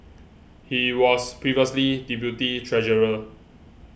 he was previously deputy treasurer